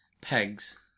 pegs